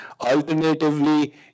alternatively